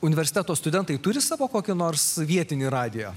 universiteto studentai turi savo kokį nors vietinį radiją